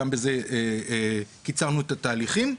גם בזה קיצרנו את התהליכים.